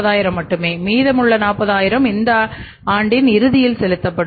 40000 மட்டுமே மீதமுள்ள 40000 இந்த ஆண்டின் இறுதியில் செலுத்தப்படும்